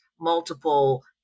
multiple